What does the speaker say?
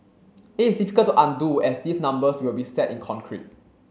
it is difficult to undo as these numbers will be set in concrete